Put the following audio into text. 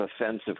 offensive